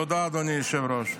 תודה, אדוני היושב-ראש.